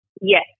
Yes